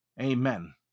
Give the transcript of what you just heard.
amen